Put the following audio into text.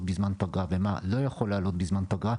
בזמן פגרה ומה לא יכול לעלות בזמן פגרה,